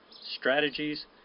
strategies